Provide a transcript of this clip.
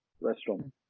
Restaurant